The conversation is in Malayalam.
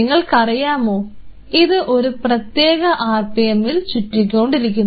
നിങ്ങൾക്കറിയാമോ ഇത് ഒരു പ്രത്യേക ആർപിഎം ൽ ചുറ്റിക്കൊണ്ടിരിക്കുന്നു